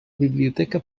biblioteca